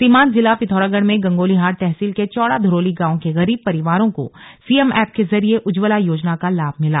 सीमांत जिला पिथौरागढ़ में गंगोलीहाट तहसील के चौड़ा धुरोली गांव के गरीब परिवारों को सीएम एप के जरिए उज्जवला योजना का लाभ मिला